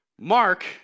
Mark